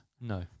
No